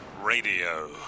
Radio